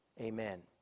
Amen